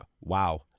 Wow